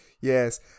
yes